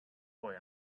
boy